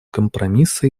компромисса